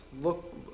Look